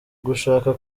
gushaka